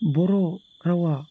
बर' रावा